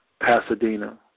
Pasadena